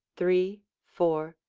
three, four,